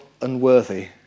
unworthy